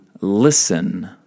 listen